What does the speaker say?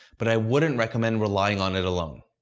but i wouldn't recommend relying on it alone.